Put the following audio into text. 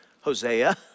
Hosea